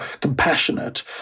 compassionate